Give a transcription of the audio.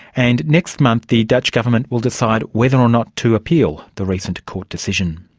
and next month the dutch government will decide whether or not to appeal the recent court decision.